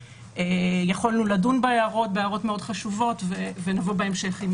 שיכולנו לדון בהערות מאוד חשובות ולבוא בהמשך עם